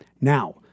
Now